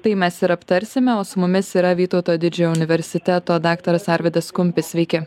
tai mes ir aptarsime o su mumis yra vytauto didžiojo universiteto daktaras arvydas kumpis sveiki